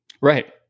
Right